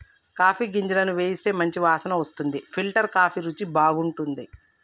coffee గింజలను వేయిస్తే మంచి వాసన వస్తుంది ఫిల్టర్ కాఫీ రుచి బాగుంటది